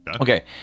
Okay